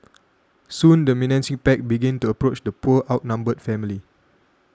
soon the menacing pack began to approach the poor outnumbered family